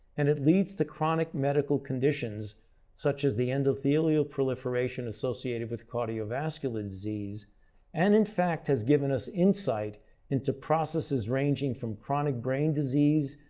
and it leads to chronic medical conditions such as the endothelial proliferation associated with cardiovascular disease and in fact has given us insight into processes ranging from chronic brain disease,